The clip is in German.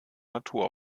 natur